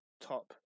top